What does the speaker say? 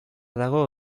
dago